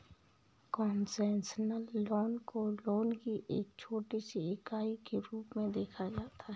concessional loan को loan की एक छोटी सी इकाई के रूप में देखा जाता है